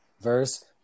verse